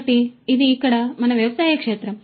కాబట్టి ఇది ఇక్కడ మన వ్యవసాయ క్షేత్రం